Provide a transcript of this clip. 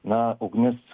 na ugnis